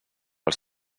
els